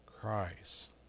Christ